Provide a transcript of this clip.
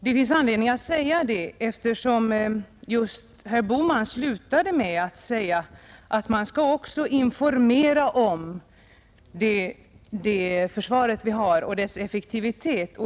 Det finns anledning att säga detta, eftersom herr Bohman slutade sitt anförande med att säga att man skall informera också om det försvar vi har och dess effektivitet.